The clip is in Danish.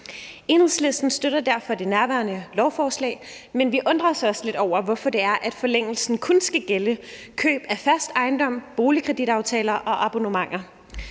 Enhedslisten støtter derfor det nærværende lovforslag, men vi undrer os også lidt over, hvorfor det er, at forlængelsen kun skal gælde køb af fast ejendom, boligkreditaftaler og abonnementer.